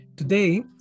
Today